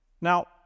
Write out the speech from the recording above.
Now